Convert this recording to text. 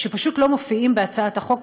שפשוט לא מופיעים בהצעת החוק,